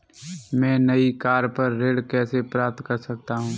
मैं नई कार पर ऋण कैसे प्राप्त कर सकता हूँ?